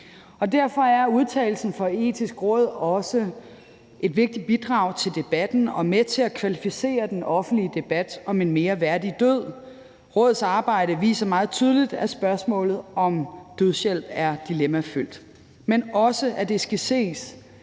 Derfor er udtalelsen fra Det Etiske Råd også et vigtigt bidrag til debatten og med til at kvalificere den offentlige debat om en mere værdig død. Rådets arbejde viser meget tydeligt, at spørgsmålet om dødshjælp er dilemmafyldt, men også, at det skal ses